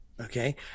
Okay